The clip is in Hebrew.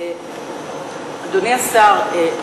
אדוני השר,